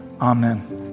amen